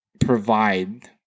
provide